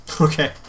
Okay